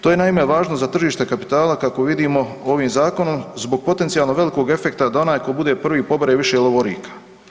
To je naime, važno za tržište kapitala kakvu vidimo ovim zakonom zbog potencijalno velikog efekta da onaj tko bude prvi pobere više lovorika.